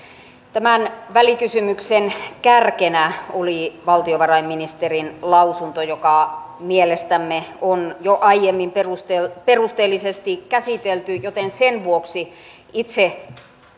tämän välikysymyksen kärkenä oli valtiovarainministerin lausunto joka mielestämme on jo aiemmin perusteellisesti käsitelty joten sen vuoksi itse